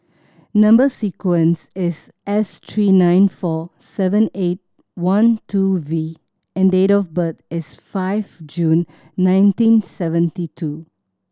number sequence is S three nine four seven eight one two V and date of birth is five June nineteen seventy two